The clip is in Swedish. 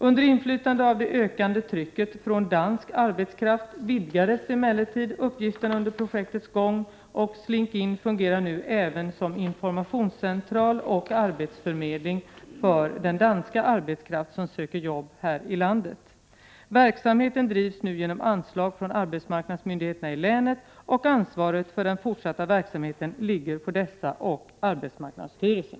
Under inflytande av det ökande trycket från dansk arbetskraft vidgades emellertid uppgifterna under projektets gång, och Slink-In fungerar nu även som informationscentral och arbetsförmedling för den danska arbetskraft som söker jobb här i landet. Verksamheten drivs nu genom anslag från arbetsmarknadsmyndigheterna i länet, och ansvaret för den fortsatta verksamheten ligger på dessa och arbetsmarknadsstyrelsen.